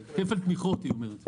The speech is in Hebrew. זה כפל תמיכות, היא אומרת.